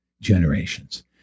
generations